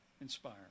inspire